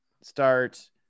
Start